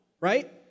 right